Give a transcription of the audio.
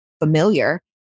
familiar